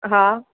હા